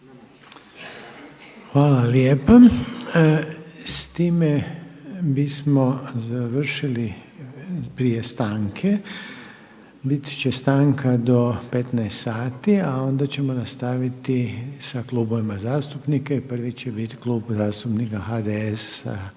Hvala lijepa. S time bismo završili prije stanke. Bit će stanka do 15 sati, a onda ćemo nastaviti sa klubovima zastupnika i prvi će biti Klub zastupnika HDS-a,